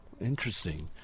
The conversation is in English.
Interesting